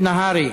2431, 2434,